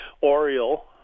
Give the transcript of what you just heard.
oriole